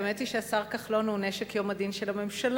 האמת היא שהשר כחלון הוא נשק יום הדין של הממשלה.